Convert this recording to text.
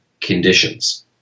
conditions